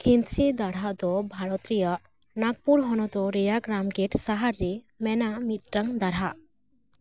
ᱠᱷᱤᱱᱥᱤ ᱫᱟᱲᱦᱟ ᱫᱚ ᱵᱷᱟᱨᱚᱛ ᱨᱮᱭᱟᱜ ᱱᱟᱜᱽᱯᱩᱨ ᱦᱚᱱᱚᱫᱚ ᱨᱮᱭᱟᱜᱽ ᱨᱟᱢᱜᱮᱴ ᱥᱟᱦᱟᱨ ᱨᱮ ᱢᱮᱱᱟᱜ ᱢᱤᱫᱴᱟᱝ ᱫᱟᱨᱦᱟ